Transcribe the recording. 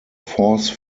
force